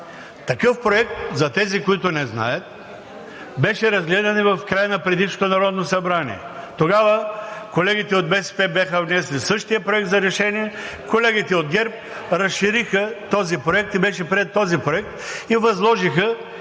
Такъв проект за тези, които не знаят, беше разгледан и в края на предишното Народно събрание. Тогава колегите от БСП бяха внесли същия Проект за решение, колегите от ГЕРБ разшириха този проект. Беше